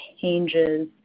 changes